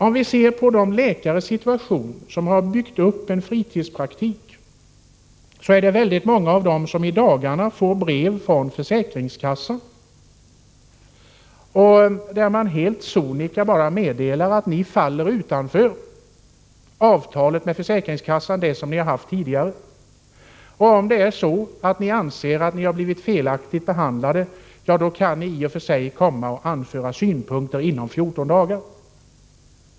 Av de läkare som byggt upp en fritidspraktik är det många som i dagarna får ett brev från försäkringskassan, där det helt sonika meddelas att det avtal de tidigare haft med försäkringskassan inte längre gäller. Om läkarna anser att de blivit felaktigt behandlade kan de anföra synpunkter inom 14 dagar.